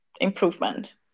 improvement